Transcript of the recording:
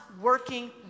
working